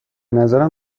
نظر